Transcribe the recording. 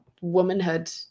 womanhood